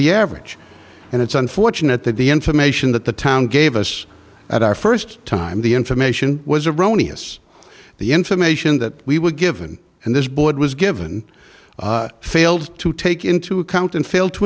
the average and it's unfortunate that the information that the town gave us at our first time the information was erroneous the information that we were given and this board was given failed to take into account and failed to